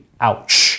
ouch